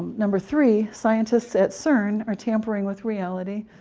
number three scientists at cern are tampering with reality,